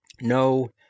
No